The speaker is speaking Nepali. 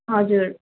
हजुर